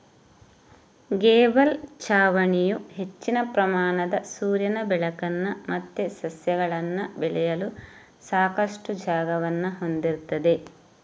gable ಛಾವಣಿಯು ಹೆಚ್ಚಿನ ಪ್ರಮಾಣದ ಸೂರ್ಯನ ಬೆಳಕನ್ನ ಮತ್ತೆ ಸಸ್ಯಗಳನ್ನ ಬೆಳೆಯಲು ಸಾಕಷ್ಟು ಜಾಗವನ್ನ ಹೊಂದಿರ್ತದೆ